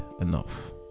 enough